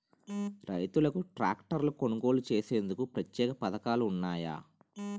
రైతులకు ట్రాక్టర్లు కొనుగోలు చేసేందుకు ప్రత్యేక పథకాలు ఉన్నాయా?